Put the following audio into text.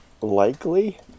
Likely